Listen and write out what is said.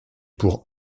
pour